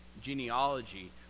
genealogy